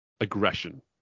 aggression